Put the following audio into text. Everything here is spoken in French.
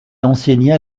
enseigna